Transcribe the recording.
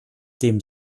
dem